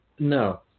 No